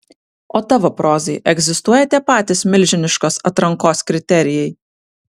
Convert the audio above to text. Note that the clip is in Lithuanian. o tavo prozai egzistuoja tie patys milžiniškos atrankos kriterijai